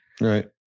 right